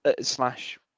slash